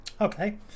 Okay